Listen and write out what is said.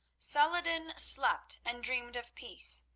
salah-ed-din slept and dreamed of peace.